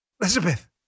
Elizabeth